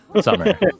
Summer